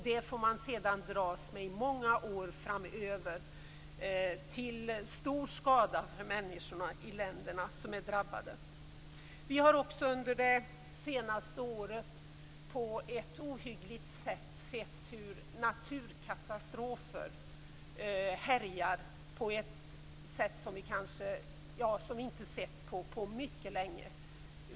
Det får man sedan dras med i många år framöver, till stor skada för människorna i de länder som är drabbade. Under det senaste året har ohyggliga naturkatastrofer härjat på ett sätt som vi inte har sett på mycket länge.